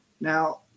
now